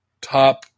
top